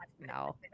no